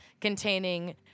containing